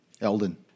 Eldon